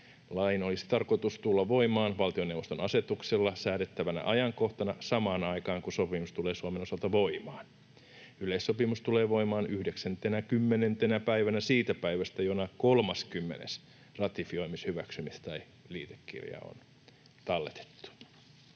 Lain olisi tarkoitus tulla voimaan valtioneuvoston asetuksella säädettävänä ajankohtana, samaan aikaan, kun sopimus tulee Suomen osalta voimaan. Yleissopimus tulee voimaan 90:ntenä päivänä siitä päivästä, jona 30:s ratifioimis-, hyväksymis- tai liitekirja on talletettu.